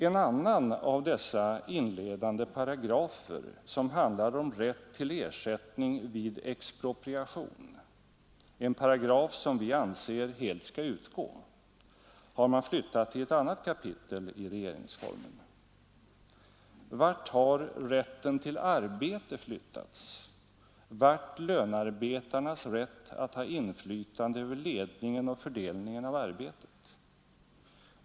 En annan av dessa inledande paragrafer, den som handlar om rätt till ersättning vid expropriation — en paragraf som vi anser helt skall utgå har man flyttat till ett annat kapitel i regeringsformen. Vart har rätten till arbete flyttats, vart lönarbetarnas rätt att ha inflytande över ledningen och fördelningen av arbetet?